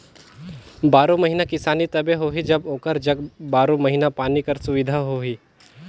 बारो महिना किसानी तबे होही जब ओकर जग बारो महिना पानी कर सुबिधा होही